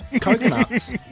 coconuts